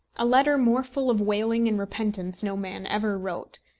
a letter more full of wailing and repentance no man ever wrote.